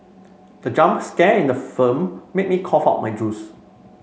the jump scare in the film made me cough out my juice